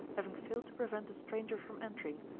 having failed to prevent a stranger from entering,